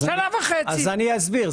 אני אסביר.